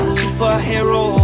superhero